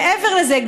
מעבר לזה,